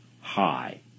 High